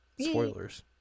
spoilers